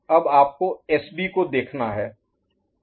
अब आपको एसबी को देखना है